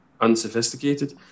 unsophisticated